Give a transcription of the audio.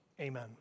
Amen